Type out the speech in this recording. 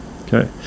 Okay